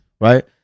right